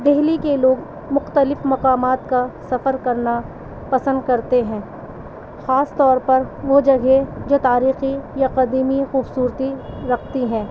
دہلی کے لوگ مختلف مقامات کا سفر کرنا پسند کرتے ہیں خاص طور پر وہ جگہ جو تاریخی یا قدیمی خوبصورتی رکھتی ہے